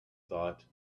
thought